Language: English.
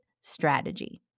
strategy